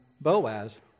Boaz